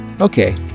okay